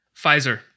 Pfizer